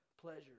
pleasure